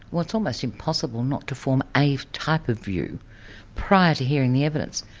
well it's almost impossible not to form a type of view prior to hearing the evidence,